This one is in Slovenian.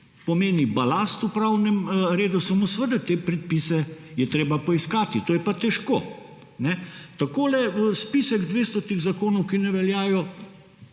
pomeni balast v pravnem redu, samo seveda te predpise je treba poiskati, to je pa težko. Takole spisek 200 zakonov, ki ne veljajo,